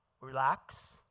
Relax